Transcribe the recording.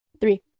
Three